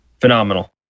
phenomenal